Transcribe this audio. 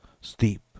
steep